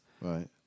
Right